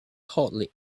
hardly